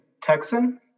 Texan